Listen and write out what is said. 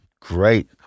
Great